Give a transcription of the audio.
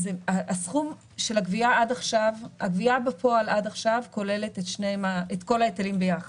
הסכום של הגבייה בפועל עד עכשיו כוללת את כל ההיטלים ביחד.